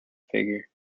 figure